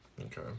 Okay